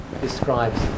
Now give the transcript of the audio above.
describes